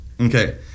Okay